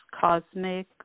cosmic